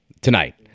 tonight